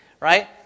right